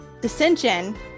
dissension